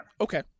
Okay